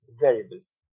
variables